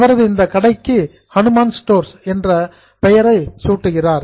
அவரது இந்த கடைக்கு ஹனுமான் ஸ்டோர்ஸ் என்ற பெயர் சூட்ட முடிவு செய்கிறார்